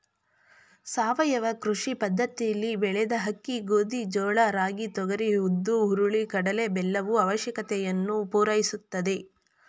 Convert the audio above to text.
ಸಾವಯವ ಕೃಷಿ ಪದ್ದತಿಲಿ ಬೆಳೆದ ಅಕ್ಕಿ ಗೋಧಿ ಜೋಳ ರಾಗಿ ತೊಗರಿ ಉದ್ದು ಹುರುಳಿ ಕಡಲೆ ಬೆಲ್ಲವು ಅವಶ್ಯಕತೆಯನ್ನು ಪೂರೈಸುತ್ತದೆ